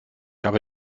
habe